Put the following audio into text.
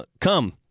come